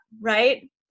Right